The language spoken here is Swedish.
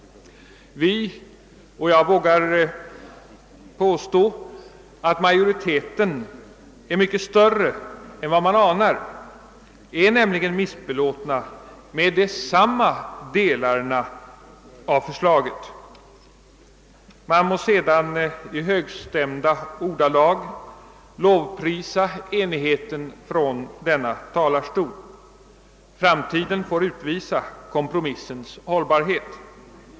Vi — och jag vågar påstå att den majoriteten är mycket större än vad man anar — är nämligen missbelåtna med stora delar av förslaget. Man må sedan i högstämda ordalag lovprisa enigheten från denna talarstol; framtiden får utvisa kompromissens hållbarhet.